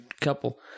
couple